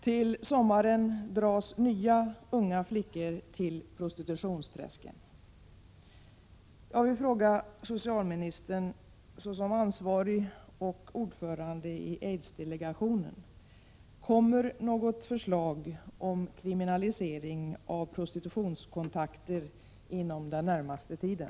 Till sommaren dras nya unga flickor till prostitutionsträsken.